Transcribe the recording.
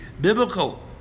biblical